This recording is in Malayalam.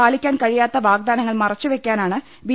പാലിക്കാൻ കഴിയാത്ത വാഗ്ദാനങ്ങൾ മറച്ചുവെക്കാനാണ് ബി